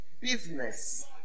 Business